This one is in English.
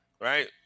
right